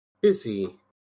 busy